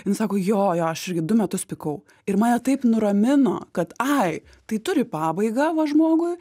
nu sako jo jo aš irgi du metus pykau ir mane taip nuramino kad ai tai turi pabaigą va žmogui